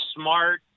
smart